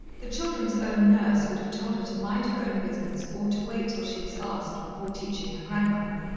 the children's own nurse would have told her to mind her own business, or to wait till she was asked, before teaching her grandmother,